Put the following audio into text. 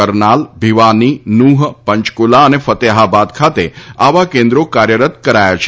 કરનાલ ભીવાની નૂંઠ પંચકુલા અને ફતેહબાદ ખાતે આવા કેન્દ્રો કાર્યરત કરાયા છે